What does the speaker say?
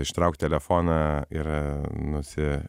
ištraukt telefoną ir nusi